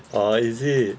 orh is it